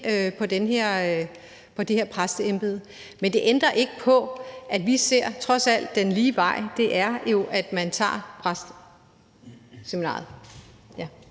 på det her præsteembede, men det ændrer ikke på, at som vi ser det, er den lige vej trods alt, at man tager præsteseminariet.